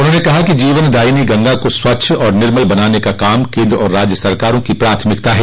उन्होंने कहा कि जीवनदायिनी गंगा को स्वच्छ और निर्मल बनाने का काम केन्द्र और राज्य सरकारों की प्राथमिकता है